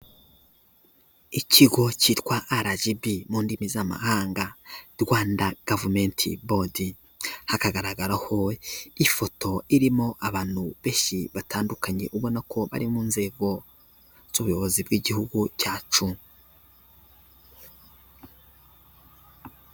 Ikigo cyitwa arajibi mu ndimi z'amahanga Rwanda gavameti bodi, hakagaragaraho ifoto irimo abantu beshyi batandukanye ubona ko bari mu nzego z'ubuyobozi bw'igihugu cyacu.